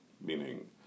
meaning